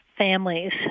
Families